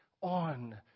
on